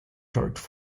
charged